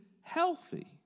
healthy